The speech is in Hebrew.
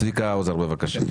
צביקה האוזר, בבקשה.